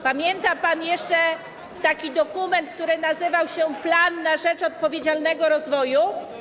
Pamięta pan jeszcze taki dokument, który nazywał się „Plan na rzecz odpowiedzialnego rozwoju”